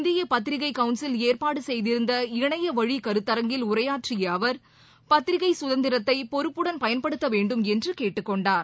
இந்திய பத்திரிகை கவுன்சில் ஏற்பாடு செய்திருந்த இணையவழி கருத்தரங்கில் உரையாற்றிய அவர் பத்திரிகை கதந்திரத்தை பொறுப்புடன் பயன்படுத்த வேண்டும் என்று கேட்டுக் கொண்டார்